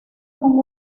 con